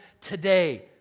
today